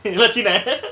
இது வச்சு நா:ithu vachu na